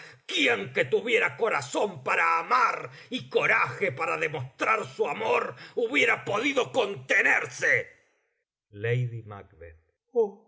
quién que tuviera corazón para amar y coraje para demostrar su amor hubiera podido contenerse